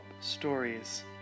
stories